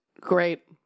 Great